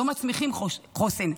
לא מצמיחים חוסן,